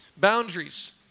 Boundaries